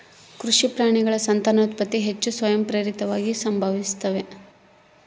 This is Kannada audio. ಕೃಷಿ ಪ್ರಾಣಿಗಳ ಸಂತಾನೋತ್ಪತ್ತಿ ಹೆಚ್ಚು ಸ್ವಯಂಪ್ರೇರಿತವಾಗಿ ಸಂಭವಿಸ್ತಾವ